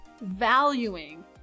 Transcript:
valuing